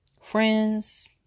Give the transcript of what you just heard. friends